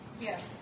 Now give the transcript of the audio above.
Yes